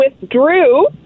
withdrew